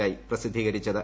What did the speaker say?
I പ്രസിദ്ധീകരിച്ചത്